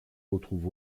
retrouve